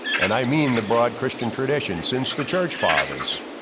and i mean the broad christian tradition, since the church fathers.